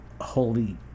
holy